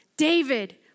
David